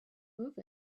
move